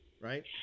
right